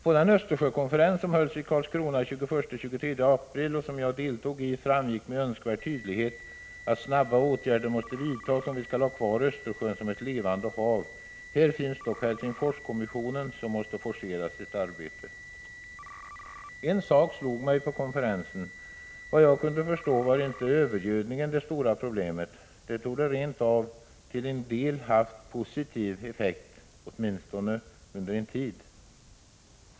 På den Östersjökonferens som hölls i Karlskrona den 21-23 april, som jag deltog i, framgick med önskvärd tydlighet att åtgärder måste vidtas snabbt om Östersjön skall finnas kvar som ett levande hav. Här finns dock Helsingforskommissionen, som måste forcera sitt arbete. En sak slog mig på konferensen: Såvitt jag kunde förstå var inte övergödningen det stora problemet — det torde rent av till en del haft positiv effekt åtminstone under en tid.